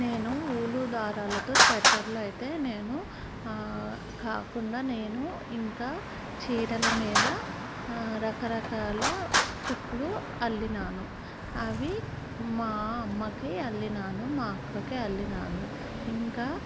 నేను ఊలు దారాలతో స్వెట్టర్లు అయితే నేను కాకుండా నేను ఇంకా చీరల మీద రకరకాల కుట్లు అల్లాను అవి మా అమ్మకి అల్లాను మా అక్కకి అల్లాను ఇంకా